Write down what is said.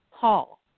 Paul